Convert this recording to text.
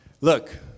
look